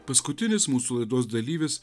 paskutinis mūsų laidos dalyvis